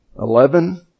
eleven